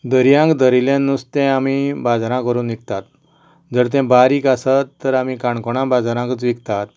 दर्यांक धरिल्लें नुस्तें आमी बाजाराक व्हरून विकतात जर तें बारीक आसत तर आमी काणकोणा बाजारांकच विकतात